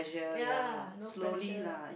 ya no pressure